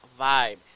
vibe